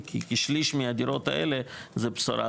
כי כשליש מהדירות האלה זו בשורה,